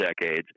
decades